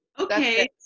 Okay